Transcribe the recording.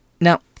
now